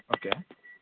okay